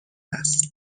است